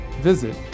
visit